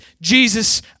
Jesus